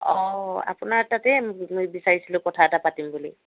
অঁ আপোনাৰ তাতে ধৰি বিচাৰিছিলোঁ কথা এটা পাতিম বুলি